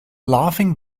laughing